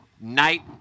Night